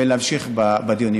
ולהמשיך בדיונים.